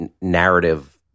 narrative